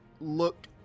look